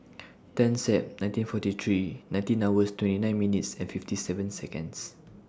ten Sep nineteen forty three nineteen twenty nine minutes and fifty seven Seconds